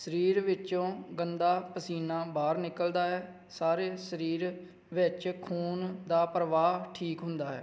ਸਰੀਰ ਵਿੱਚੋਂ ਗੰਦਾ ਪਸੀਨਾ ਬਾਹਰ ਨਿਕਲਦਾ ਹੈ ਸਾਰੇ ਸਰੀਰ ਵਿੱਚ ਖੂਨ ਦਾ ਪ੍ਰਵਾਹ ਠੀਕ ਹੁੰਦਾ ਹੈ